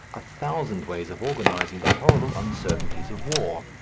a thousand ways of organizing the horrible uncertainties of war.